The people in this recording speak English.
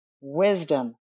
wisdom